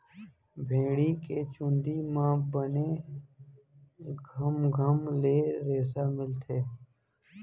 भेड़ी के चूंदी म बने घमघम ले रेसा मिलथे